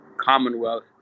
commonwealth